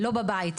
לא בבית,